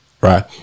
Right